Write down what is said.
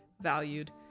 valued